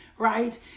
right